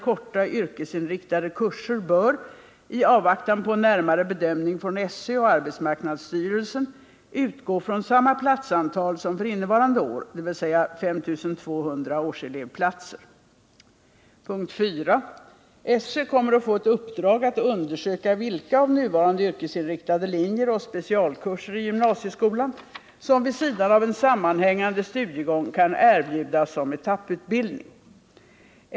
kurser bör — i avvaktan på en närmare bedömning från SÖ och arbetsmarknadsstyrelsen, AMS — utgå från samma platsantal som för innevarande år, dvs. 5 200 årselevplatser. 4. SÖ kommer att få ett uppdrag att undersöka vilka av nuvarande yrkesinriktade linjer och specialkurser i gymnasieskolan som vid sidan av en sammanhängande studiegång kan erbjudas som etapputbildning.